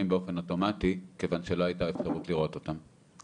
באופן אוטומטי כיוון שלא הייתה אפשרות לראות אותם.